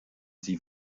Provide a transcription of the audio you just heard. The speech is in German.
sie